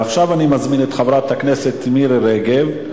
עכשיו אני מזמין את חברת הכנסת מירי רגב,